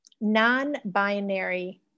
non-binary